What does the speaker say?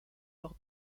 lors